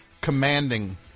commanding